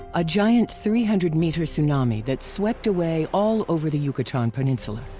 a giant three hundred meter tsunami that swept away all over the yucatan peninsula.